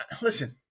Listen